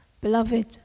Beloved